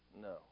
No